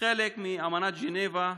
חלק מאמנת ז'נבה,